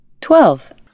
Twelve